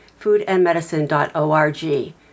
foodandmedicine.org